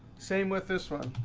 same with this one,